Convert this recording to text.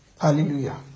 Hallelujah